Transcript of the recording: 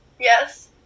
Yes